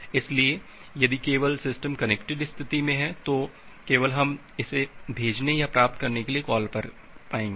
इसलिए यदि केवल सिस्टम कनेक्टेड स्थिति में है तो केवल हम इस भेजने या प्राप्त करने के लिए कॉल कर पाएंगे